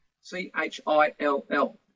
C-H-I-L-L